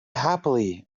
happily